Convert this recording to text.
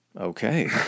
Okay